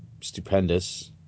stupendous